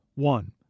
one